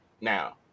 now